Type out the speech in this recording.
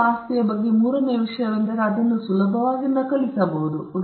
ಬೌದ್ಧಿಕ ಆಸ್ತಿಯ ಬಗ್ಗೆ ಮೂರನೆಯ ವಿಷಯವೆಂದರೆ ನೀವು ಅದನ್ನು ಸುಲಭವಾಗಿ ನಕಲಿಸಬಹುದು